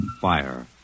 fire